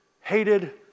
hated